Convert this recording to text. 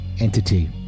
entity